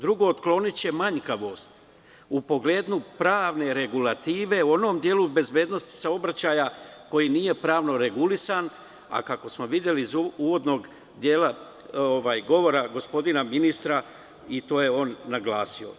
Drugo, otkloniće manjkavost u pogledu pravne regulative u onom delu bezbednosti saobraćaja koji nije pravno regulisan, a kako smo videli iz uvodnog govora gospodina ministra, i to je on naglasio.